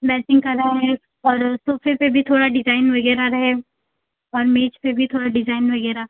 matching का रहे और सोफे पर भी थोड़ा डिज़ाइन वगैरह रहे और मेज़ पर भी थोड़ा डिज़ाइन वगैरह